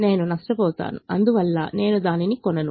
నేను నష్టపోతాను అందువల్ల నేను దానిని కొనను